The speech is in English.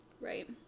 Right